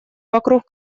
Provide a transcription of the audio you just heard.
вокруг